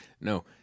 no